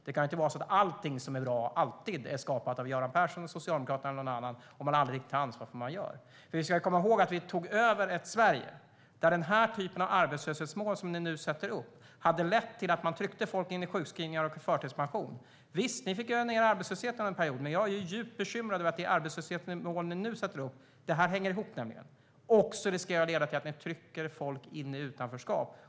Det kan inte vara så att allt som är bra alltid är skapat av Göran Persson eller Socialdemokraterna och att man aldrig riktigt tar ansvar för vad man gör. Vi ska komma ihåg att vi tog över ett Sverige där den typ av arbetslöshetsmål som ni nu sätter upp hade lett till att man tryckte folk in i sjukskrivningar och förtidspension. Visst, ni fick ned arbetslösheten under en period, men jag är djupt bekymrad över det arbetslöshetsmål ni nu sätter upp. Detta hänger ihop, nämligen, och det riskerar att leda till att ni trycker folk in i utanförskap.